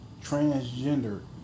transgender